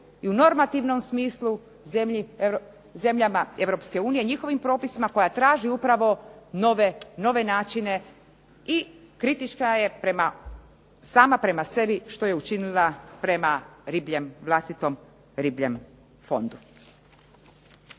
i u normativnom smislu zemljama Europske unije i njihovim propisima koja traži nove načine i kritička je sama prema sebi što je učinila prema vlastitom ribljem fondu.